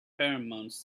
pheromones